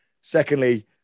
secondly